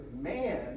man